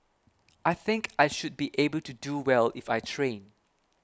I think I should be able to do well if I train